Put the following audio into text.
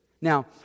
Now